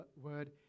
word